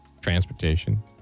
Transportation